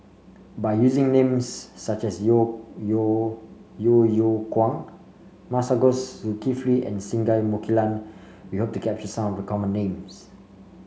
by using names such as Yeo Yeow Yeo Yeow Kwang Masagos Zulkifli and Singai Mukilan we hope to capture some of the common names